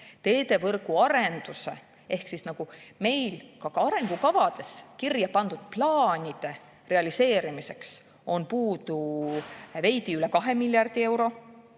Teevõrgu arendusse, ka arengukavades kirja pandud plaanide realiseerimiseks on puudu veidi üle 2 miljardi euro.